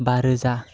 बारोजा